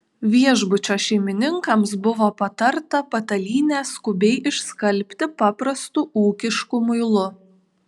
viešbučio šeimininkams buvo patarta patalynę skubiai išskalbti paprastu ūkišku muilu